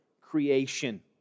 creation